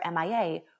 MIA